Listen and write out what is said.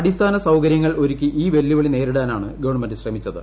അടിസ്ഥാന സൌകര്യങ്ങൾ ഒരുക്കി ഈ വെല്ലുവിളി നേരിടാനാണ് ഗവൺമെന്റ് ശ്രമിച്ചത്